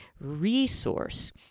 resource